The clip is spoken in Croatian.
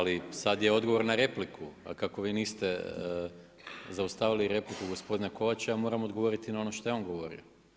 Ali sad je odgovor na repliku, a kako vi niste zaustavili repliku gospodina Kovača ja moram odgovoriti na ono što je on govorio.